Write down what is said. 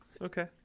Okay